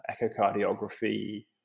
echocardiography